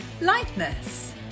lightness